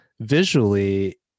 visually